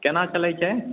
केना चलैत छै